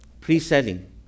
Pre-selling